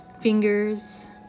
fingers